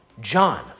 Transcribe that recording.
John